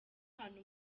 hantu